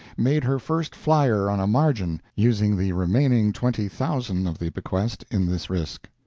made her first flyer on a margin, using the remaining twenty thousand of the bequest in this risk.